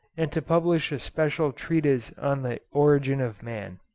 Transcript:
and to publish a special treatise on the origin of man.